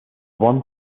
one